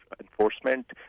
enforcement